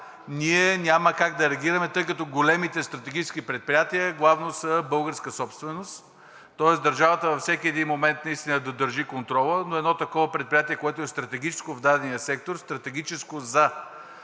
ние няма как да реагираме, тъй като големите стратегически предприятия главно са българска собственост, тоест държавата във всеки един момент наистина да държи контрола на едно такова предприятие, което е стратегическо в дадения сектор, стратегическо за